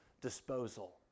disposal